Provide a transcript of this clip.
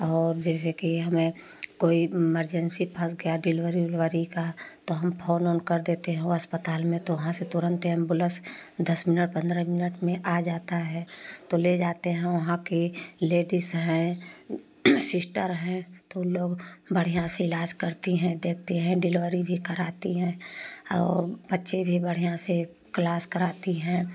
और जैसे कि हमें कोई इमरजेंसी फँस गया डिलवरी उलवरी का तो हम फोन कर देते हैँ उ अस्पताल में तो वहां से तुरंत एम्बुलेंस दस मिनट पंद्रह मिनट में आ जाता है तो ले जाते हैँ वहां की लेडीज हैं सिस्टर हैं तो उ लोग बढ़िया से इलाज़ करती हैं देखती हैं डिलिवरी कराती हैं और बच्चे भी बढ़िया से क्लास कराती हैं